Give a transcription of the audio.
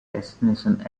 destination